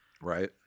right